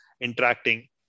interacting